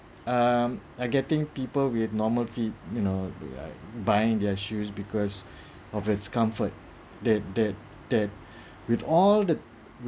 um are getting people with normal feet you know buying their shoes because of its comfort that that that with all the